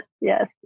Yes